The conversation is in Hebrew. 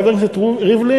חבר הכנסת ריבלין,